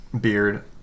beard